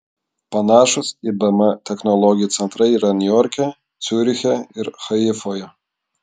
panašūs ibm technologijų centrai yra niujorke ciuriche ir haifoje